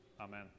Amen